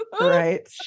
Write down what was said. right